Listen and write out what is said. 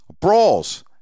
brawls